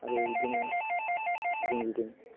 आरो बिदिनो गिदिं गिदिं